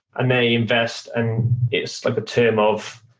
and they invest and it's like the term of,